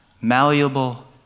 malleable